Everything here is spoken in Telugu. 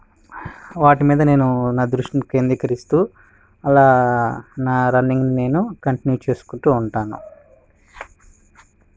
వాటి మీద నేను నా దృష్టిని కేంద్రీకరిస్తు అలా నా రన్నింగ్ నేను కంటిన్యూ చేసుకుంటు ఉంటాను